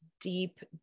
deep